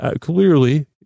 Clearly